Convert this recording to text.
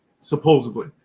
Supposedly